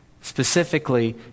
specifically